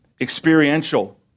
experiential